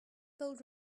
bold